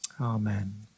Amen